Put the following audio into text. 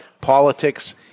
politics